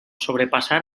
sobrepassar